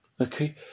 Okay